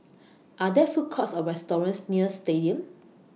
Are There Food Courts Or restaurants near Stadium